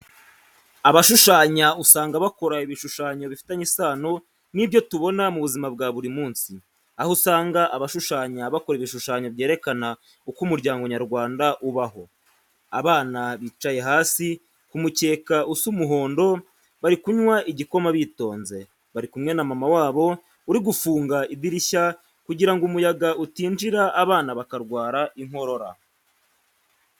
Abashushanya usanga bakora ibishushanyo bifitanye isano n'ibyo tubona mu buzina bwa buri munsi. Aho usanga abashushanya bakora ibishushanyo byerekana uko umuryango nyarwanda ubaho. Abana bicaye hasi ku mukeka usa umuhondo, bari kunywa igikoma bitonze, bari kumwe na mama wabo uri gufunga idirishya kugira ngo umuyaga utinjira abana bakarwara inkorora.